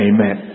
Amen